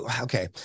okay